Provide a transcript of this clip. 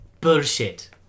Bullshit